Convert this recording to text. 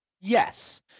Yes